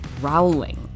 Rowling